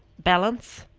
balance.